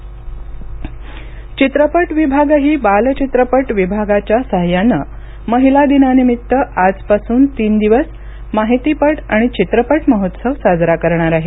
चित्रपट विभाग चित्रपट विभागही बाल चित्रपट विभागाच्या साह्यानं महिला दिनानिमित्त आजपासून तीन दिवस माहितीपट आणि चित्रपट महोत्सव साजरा करणार आहे